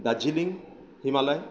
Darjeeling Himalaya